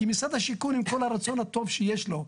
כי משרד השיכון עם כל הרצון הטוב שיש לו,